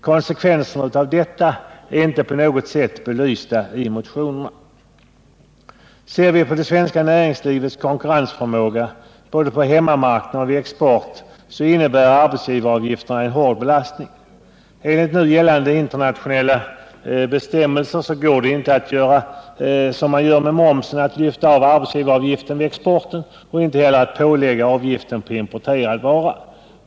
Konsekvenserna av detta är inte belysta i motionerna. För det svenska näringslivets konkurrensförmåga, både på hemmamarknad och vid export, innebär arbetsgivaravgifterna en hård belastning. Enligt nu gällande internationella bestämmelser går det inte — som man gör med momsen —-att lyfta av arbetsgivaravgiften vid exporten och inte heller att lägga på avgiften på importerad vara.